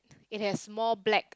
it has more black